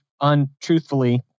untruthfully